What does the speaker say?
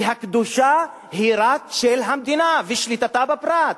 שהקדושה היא רק של המדינה ושליטתה בפרט.